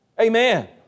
Amen